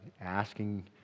asking